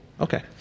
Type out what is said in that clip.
Okay